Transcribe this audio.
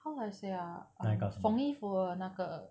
how do I say ah like 缝衣服的那个